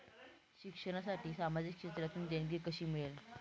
शिक्षणासाठी सामाजिक क्षेत्रातून देणगी कशी मिळेल?